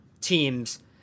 teams